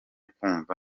kumva